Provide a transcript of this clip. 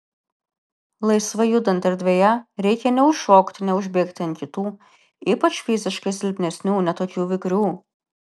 laisvai judant erdvėje reikia neužšokti neužbėgti ant kitų ypač fiziškai silpnesnių ne tokių vikrių